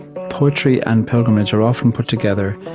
poetry and pilgrimage are often put together,